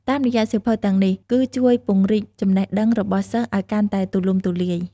តាមរយៈសៀវភៅទាំងនេះ គឺជួយពង្រីកចំណេះដឹងរបស់សិស្សឱ្យកាន់តែទូលំទូលាយ។